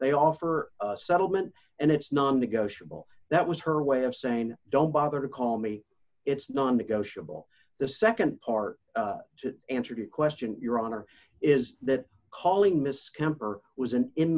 they offer a settlement and it's non negotiable that was her way of saying don't bother to call me it's non negotiable the nd part to answer your question your honor is that calling miss kemper was an